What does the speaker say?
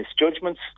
misjudgments